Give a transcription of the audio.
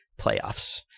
playoffs